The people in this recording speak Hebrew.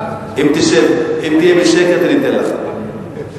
אני אענה לך.